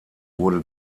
wurde